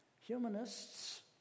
Humanists